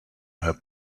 her